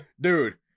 Dude